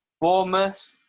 Bournemouth